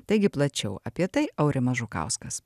taigi plačiau apie tai aurimas žukauskas